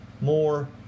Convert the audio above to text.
more